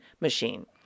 machine